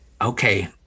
okay